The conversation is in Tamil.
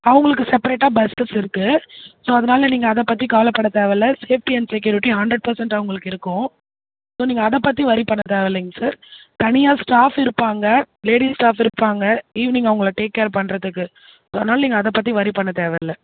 அவங்களுக்கு செப்பரேட்டாக பஸ்ஸஸ் இருக்கு ஸோ அதனால் நீங்கள் அதை பற்றி கவலைப்பட தேவயில்லை safety and security hundred percent அவங்களுக்கு இருக்கும் ஸோ அதை பற்றி நீங்கள் ஒரி பண்ண தேவயில்லைங்க சார் தனியாக ஸ்டாஃப்ஸ் இருப்பாங்க லேடீஸ் ஸ்டாஃப்ஸ் இருப்பாங்க ஈவினிங் அவங்கள டேக் கேர் பண்ணுறதுக்கு ஸோ அதனால் நீங்கள் அதை பற்றி ஒரி பண்ண தேவயில்லை